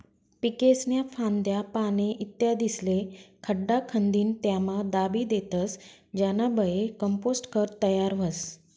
पीकेस्न्या फांद्या, पाने, इत्यादिस्ले खड्डा खंदीन त्यामा दाबी देतस ज्यानाबये कंपोस्ट खत तयार व्हस